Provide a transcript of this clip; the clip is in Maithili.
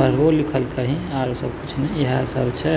पढ़बो लिखल करही आओरसभ किछु नहि इएहसभ छै